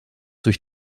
durch